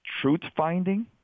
truth-finding